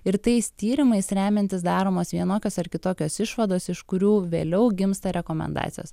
ir tais tyrimais remiantis daromos vienokios ar kitokios išvados iš kurių vėliau gimsta rekomendacijos